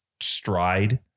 stride